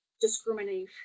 discrimination